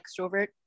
extrovert